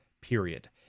period